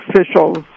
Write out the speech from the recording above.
officials